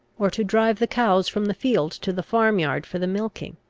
or to drive the cows from the field to the farm-yard for the milking.